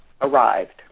arrived